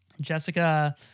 Jessica